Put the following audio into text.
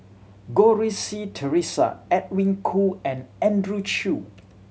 Goh Rui Si Theresa Edwin Koo and Andrew Chew